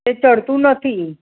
એ ચઢતું નથી